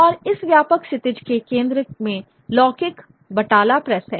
और इस व्यापक क्षितिज के केंद्र में लौकिक बटाला प्रेस है